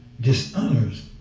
dishonors